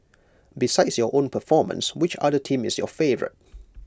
besides your own performance which other team is your favourite